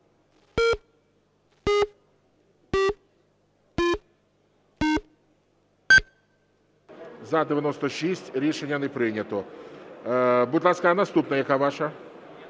За-96 Рішення не прийнято. Будь ласка, наступна яка ваша?